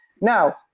Now